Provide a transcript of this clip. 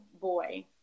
boy